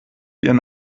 ihren